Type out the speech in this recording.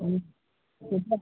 చెప్పు రా